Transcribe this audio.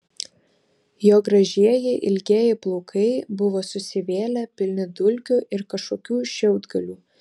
jo gražieji ilgieji plaukai buvo susivėlę pilni dulkių ir kažkokių šiaudgalių